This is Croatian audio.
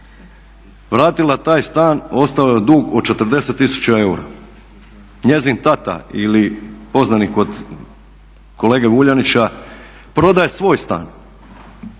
Vratila taj stan ostao joj dug od 40 tisuća eura. Njezin tata ili poznanik od kolege Vuljanića prodaje svoj stan